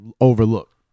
overlooked